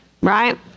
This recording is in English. right